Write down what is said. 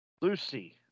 Lucy